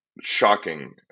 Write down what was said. shocking